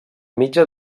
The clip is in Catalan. mitja